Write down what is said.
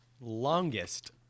longest